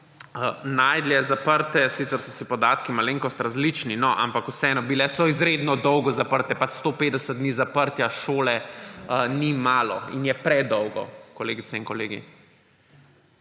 najdlje zaprte, sicer so si podatki malenkost različni, ampak vseeno, bile so izredno dolgo zaprte. 150 dni zaprtja šole ni malo in je predolgo, kolegice in kolegi,